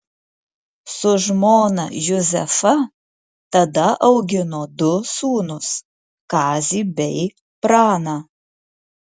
su žmona juzefa tada augino du sūnus kazį bei praną